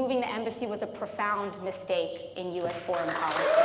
moving the embassy was a profound mistake in us foreign